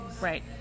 Right